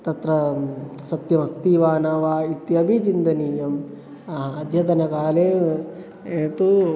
तत्र सत्यमस्ति वा न वा इत्यपि चिन्तनीयम् अद्यतनकाले तु